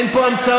אין פה המצאות.